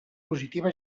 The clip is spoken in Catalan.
positiva